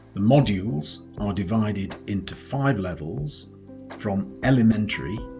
modules are divided into five levels from elementary